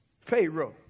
Pharaoh